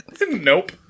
Nope